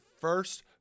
first